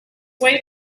way